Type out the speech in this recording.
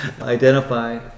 identify